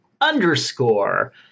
underscore